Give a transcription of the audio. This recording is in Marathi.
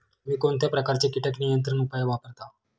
तुम्ही कोणत्या प्रकारचे कीटक नियंत्रण उपाय वापरता?